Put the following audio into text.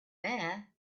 there